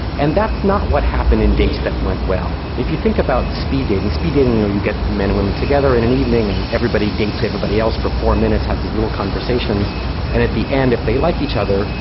and that's not what happened in dates that went well. if you think about speed dating speed dating you know you get the men and women together in an evening, and everybody dates everybody else for four minutes, have these little conversations and at the end, if they like each other,